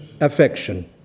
affection